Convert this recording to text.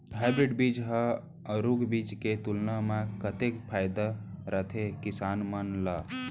Hybrid बीज हा आरूग बीज के तुलना मा कतेक फायदा कराथे किसान मन ला?